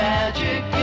Magic